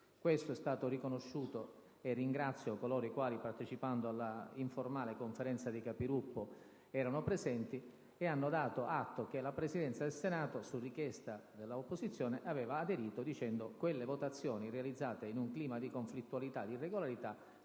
Questo è stato riconosciuto, e ringrazio coloro i quali, partecipando alla informale Conferenza dei Capigruppo, erano presenti e hanno dato atto che la Presidenza del Senato, su richiesta dell'opposizione, aveva aderito dicendo che quelle votazioni, realizzate in un clima di conflittualità e di irregolarità,